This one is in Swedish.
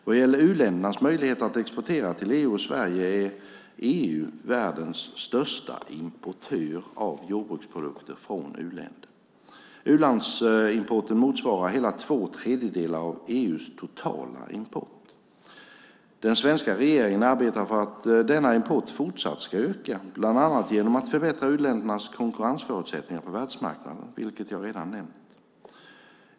Vad gäller u-ländernas möjlighet att exportera till EU och Sverige är EU världens största importör av jordbruksprodukter från u-länder. U-landsimporten motsvarar hela två tredjedelar av EU:s totala import. Den svenska regeringen arbetar för att denna import fortsatt ska öka bland annat genom att förbättra u-ländernas konkurrensförutsättningar på världsmarknaden, vilket jag redan har nämnt.